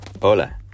Hola